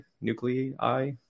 nuclei